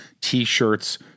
t-shirts